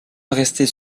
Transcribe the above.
restait